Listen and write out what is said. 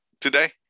today